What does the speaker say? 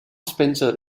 spencer